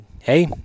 hey